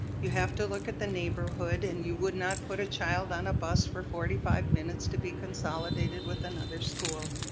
you have to look at the neighborhood and you would not put a child on a bus for forty five minutes to be consolidated with another school.